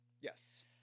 Yes